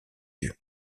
yeux